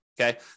okay